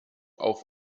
auf